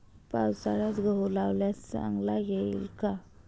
पावसाळ्यात गहू लावल्यास चांगला येईल का?